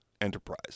enterprise